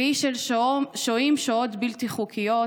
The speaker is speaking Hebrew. והיא על שוהים ושוהות בלתי חוקיות